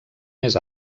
més